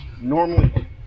normally